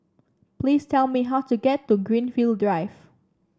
please tell me how to get to Greenfield Drive